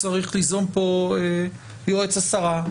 יועץ השרה,